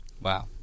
Wow